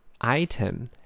item